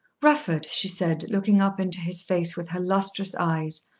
rufford, she said, looking up into his face with her lustrous eyes,